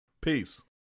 Peace